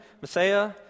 Messiah